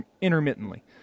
intermittently